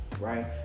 right